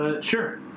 sure